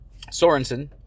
Sorensen